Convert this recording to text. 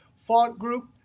front group,